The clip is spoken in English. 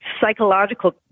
psychological